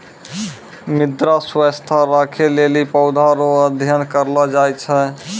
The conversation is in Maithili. मृदा स्वास्थ्य राखै लेली पौधा रो अध्ययन करलो जाय छै